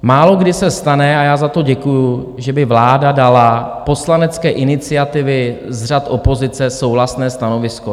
Málokdy se stane a já za to děkuji že by vláda dala poslanecké iniciativy z řad opozice souhlasné stanovisko.